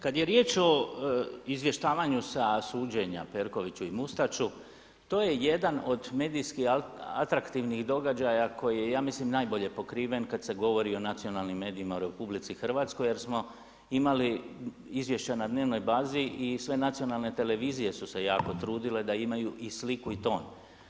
Kada je riječ sa izvješćivanju sa suđenja Perkoviću i Mustaču, to je jedan od medijskih atraktivnih događaja, koji je ja mislim, najbolje pokriven, kada se govori o nacionalnim medijima u RH, jer smo imali izvješće na dnevnoj bazi i sve nacionalne televizije su se jako trudile da imaju i sliku i ton.